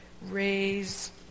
raise